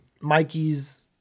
Mikey's